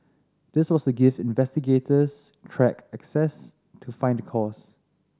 this was to give investigators track access to find the cause